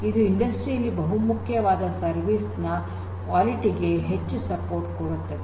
ಇದು ಇಂಡಸ್ಟ್ರಿ ಯಲ್ಲಿ ಬಹುಮುಖ್ಯವಾದ ಸರ್ವಿಸ್ ನ ಕ್ವಾಲಿಟಿ ಗೆ ಹೆಚ್ಚು ಸಪೋರ್ಟ್ ಕೊಡುತ್ತದೆ